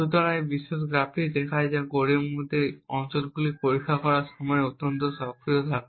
সুতরাং এই বিশেষ গ্রাফটি দেখায় যে কোডের মধ্যে যে অঞ্চলগুলি পরীক্ষা করার সময় অত্যন্ত সক্রিয় থাকে